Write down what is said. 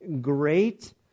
great